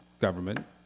government